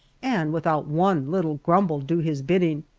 and without one little grumble do his bidding,